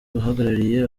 uhagarariye